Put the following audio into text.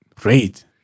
great